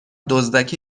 دزدکی